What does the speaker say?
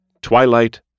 Twilight